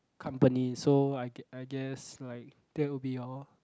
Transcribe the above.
company so I gu~ I guess like that will be your